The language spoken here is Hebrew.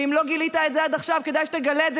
ואם לא גילית את זה עד עכשיו כדאי שתגלה את זה